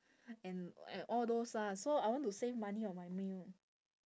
and and all those ah so I want to save money on my meal